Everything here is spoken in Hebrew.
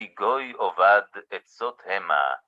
כי גוי אובד עצות המה